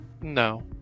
No